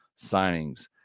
signings